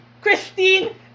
Christine